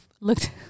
looked